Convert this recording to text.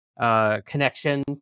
connection